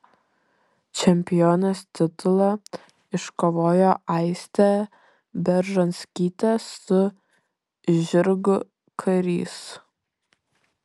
čempionės titulą iškovojo aistė beržonskytė su žirgu karys